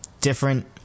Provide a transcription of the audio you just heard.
different